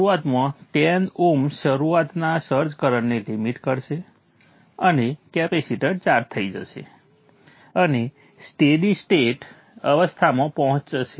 શરૂઆતમાં 10Ω શરુઆતના સર્જ કરંટને લિમિટ કરશે અને કેપેસિટર ચાર્જ થઈ જશે અને સ્ટેડી સ્ટેટ અવસ્થામાં પહોંચશે